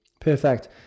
Perfect